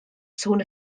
sŵn